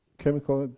chemical.